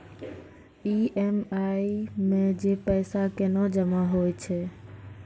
EMI मे जे पैसा केना जमा होय छै?